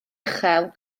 uchel